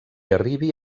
arribi